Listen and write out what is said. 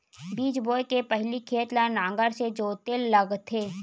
बीज बोय के पहिली खेत ल नांगर से जोतेल लगथे?